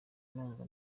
numva